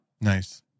Nice